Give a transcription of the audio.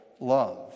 love